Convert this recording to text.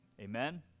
Amen